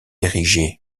érigé